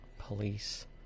Police